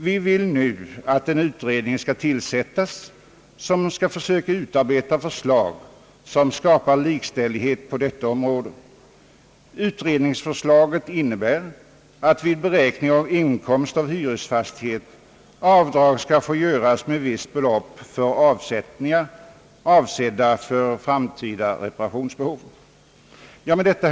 Vi vill nu att en utredning skall tillsättas, som skall försöka utarbeta förslag i syfte att skapa likställighet på detta område. Vid beräkning av inkomst av hyresfastighet bör avdrag få göras med visst belopp för avsättningar, avsedda för framtida reparationsbehov. Herr talman!